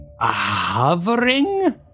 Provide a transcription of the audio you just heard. hovering